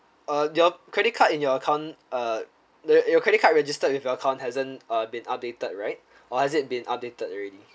uh your credit card in your account uh the your credit card registered with your account hasn't uh been updated right or has it been updated already